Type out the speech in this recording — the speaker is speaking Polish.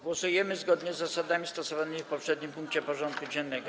Głosujemy zgodnie z zasadami stosowanymi w poprzednim punkcie porządku dziennego.